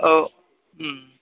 औ